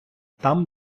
там